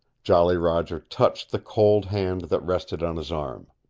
jolly roger touched the cold hand that rested on his arm.